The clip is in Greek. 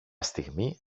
στιγμή